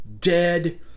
dead